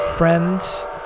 Friends